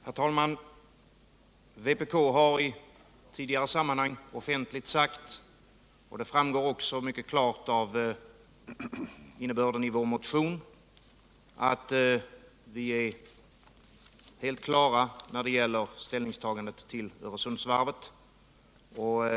Herr talman! Vpk har i tidigare sammanhang offentligt sagt — detta framgår också av innebörden i vår motion — att vårt ställningstagande till Öresundsvarvet är helt klart.